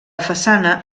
façana